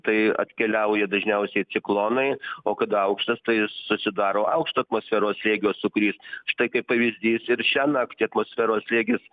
tai atkeliauja dažniausiai ciklonai o kada aukštas tai susidaro aukšto atmosferos slėgio sūkurys štai kaip pavyzdys ir šią naktį atmosferos slėgis